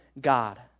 God